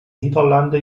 niederlande